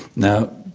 now,